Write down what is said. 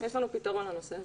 יש לנו פתרון לנושא הזה.